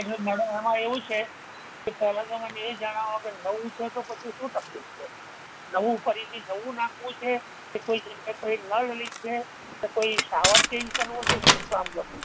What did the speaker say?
એટલે મેડમ આમા એવું છે કે પહેલાં તો મને એ જણાવો કે નવું છે તો પછી શું તકલીફ છે નવું ફરીથી નવું નાખવું છે કે કોઈ જગ્યા પર કોઈ નળ લીક છે કે કોઈ શાવર ચેન્જ કરવો છે શું કામ કરવું છે